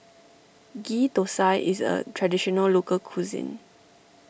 Ghee Thosai is a Traditional Local Cuisine